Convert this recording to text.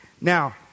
Now